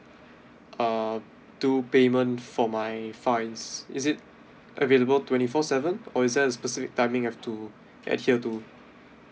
uh do payment for my fines is it available twenty four seven or is there a specific timing I have to adhere to